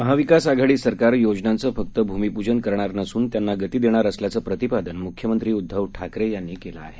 महाविकास आघाडी सरकार योजनाचं फक्त भूमिपूजन करणार नसून त्यांना गती देणार असल्याचं प्रतिपादन मुख्यमंत्री उद्धव ठाकरे यांनी केलं आहे